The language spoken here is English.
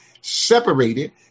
separated